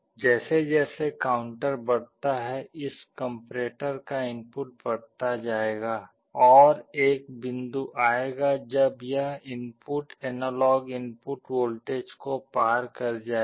जैसे जैसे काउंटर बढ़ता है इस कम्पेरेटर का इनपुट बढ़ता जाएगा और एक बिंदु आएगा जब यह इनपुट एनालॉग इनपुट वोल्टेज को पार कर जाएगा